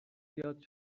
بیاد